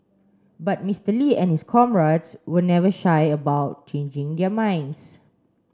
but Mister Lee and his comrades were never shy about changing their minds